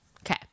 Okay